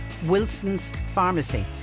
wilsonspharmacy